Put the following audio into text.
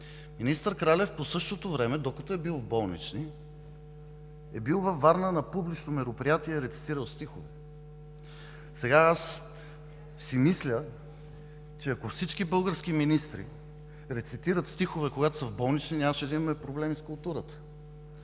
министър Кралев по същото време, докато е бил в болнични, е бил във Варна на публично мероприятие – рецитирал стихове. Мисля си, че ако всички български министри рецитират стихове, когато са в болнични, нямаше да имаме проблеми с културата.